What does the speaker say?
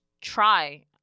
try